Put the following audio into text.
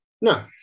No